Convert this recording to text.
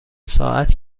ساعت